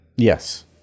Yes